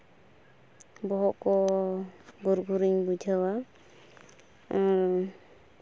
ᱵᱚᱦᱚᱜ ᱠᱚ ᱜᱩᱨ ᱜᱩᱨᱤᱧ ᱵᱩᱡᱷᱟᱹᱣᱟ ᱟᱨ